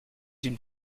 une